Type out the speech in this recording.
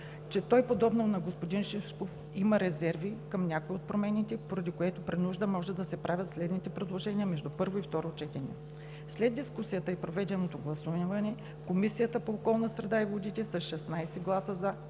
че той подобно на господин Шишков има резерви към някои от промените, поради което при нужда може да се направят предложения между първо и второ четене. След дискусията и проведеното гласуване Комисията по околната среда и водите с 16 гласа